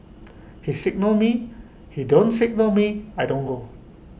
he signal me he don't signal me I don't go